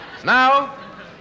Now